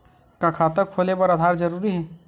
का खाता खोले बर आधार जरूरी हे?